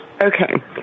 Okay